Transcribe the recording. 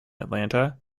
atlanta